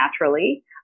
naturally